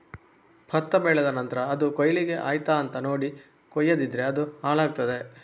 ಭತ್ತ ಬೆಳೆದ ನಂತ್ರ ಅದು ಕೊಯ್ಲಿಕ್ಕೆ ಆಯ್ತಾ ಅಂತ ನೋಡಿ ಕೊಯ್ಯದಿದ್ರೆ ಅದು ಹಾಳಾಗ್ತಾದೆ